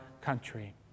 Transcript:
country